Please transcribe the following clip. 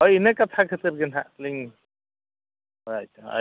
ᱦᱳᱭ ᱤᱱᱟᱹ ᱠᱟᱛᱷᱟ ᱠᱷᱟᱹᱛᱤᱨ ᱜᱮ ᱱᱟᱦᱟᱜ ᱞᱤᱧ ᱵᱟᱲᱟᱭ ᱦᱚᱪᱚᱭᱟᱜ